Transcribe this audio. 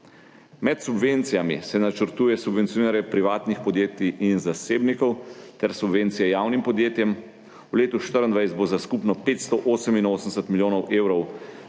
Med subvencijami se načrtuje subvencioniranje privatnih podjetij in zasebnikov ter subvencije javnim podjetjem. V letu 2024 bo od teh skupno 588 milijonov skoraj